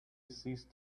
ceased